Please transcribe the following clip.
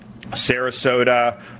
Sarasota